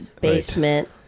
basement